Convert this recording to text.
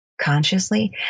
consciously